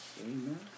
Amen